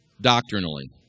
doctrinally